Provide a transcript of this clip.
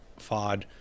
FOD